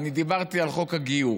אני דיברתי על חוק הגיור.